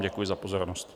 Děkuji vám za pozornost.